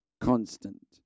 constant